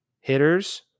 hitters